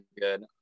good